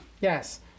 Yes